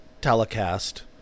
telecast